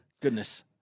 Goodness